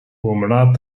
whom